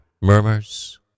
murmurs